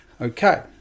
Okay